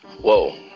Whoa